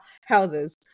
houses